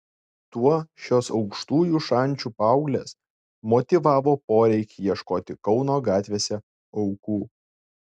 tuo šios aukštųjų šančių paauglės motyvavo poreikį ieškoti kauno gatvėse aukų